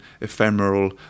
ephemeral